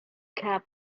cap